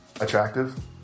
Attractive